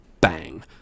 bang